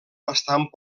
bastant